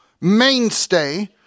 mainstay